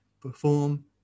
perform